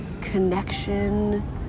connection